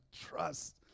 trust